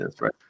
right